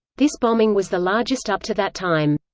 this bombing was the largest up to that time.